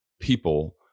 people